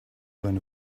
one